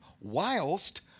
whilst